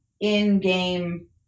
in-game